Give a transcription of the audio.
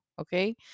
Okay